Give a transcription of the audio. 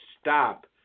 stop